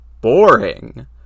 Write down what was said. boring